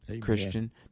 Christian